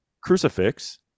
crucifix